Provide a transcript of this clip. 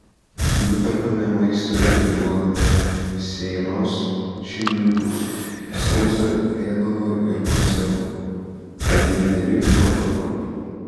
nuperkame maisto ir duodame seiros šeimininkui sauso ėdalo ir konservų kad ji neliktų alkana